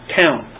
town